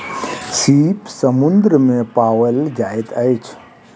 सीप समुद्र में पाओल जाइत अछि